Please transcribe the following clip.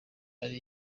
ari